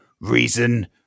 reason